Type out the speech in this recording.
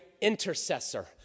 intercessor